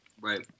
Right